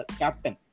captain